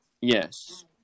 Yes